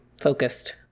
focused